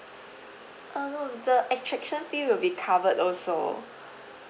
uh no the attraction we will be covered also